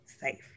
safe